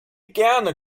gerne